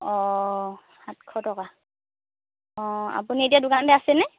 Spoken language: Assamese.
অ সাতশ টকা অ আপুনি এতিয়া দোকানতে আছেনে